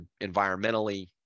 environmentally